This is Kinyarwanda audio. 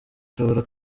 ashobora